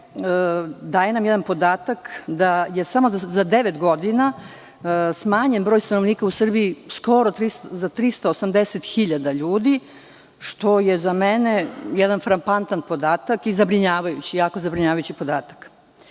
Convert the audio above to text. daje nam podatak da je samo za devet godina smanjen broj stanovnika u Srbiji skoro za 380.000 ljudi, što je za mene jedan frapantan podatak i zabrinjavajući, jako